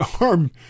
arm